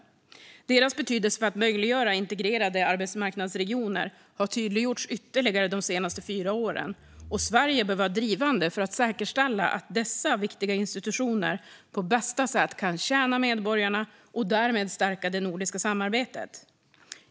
Deras betydelse för att möjliggöra integrerade arbetsmarknadsregioner har tydliggjorts ytterligare de senaste fyra åren, och Sverige bör vara drivande för att säkerställa att dessa viktiga institutioner på bästa sätt kan tjäna medborgarna och därmed stärka det nordiska samarbetet.